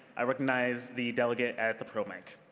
i recognize the delegate at the pro mic.